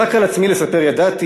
רק על עצמי לספר ידעתי,